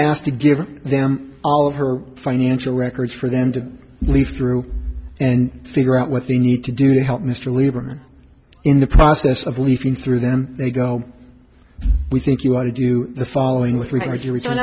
to give them all of her financial records for them to leave through and figure out what they need to do to help mr lieberman in the process of leaving through them they go we think you want to do the following with regard to return